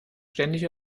ständig